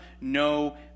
no